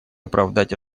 оправдать